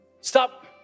Stop